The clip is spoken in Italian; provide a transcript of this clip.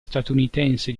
statunitense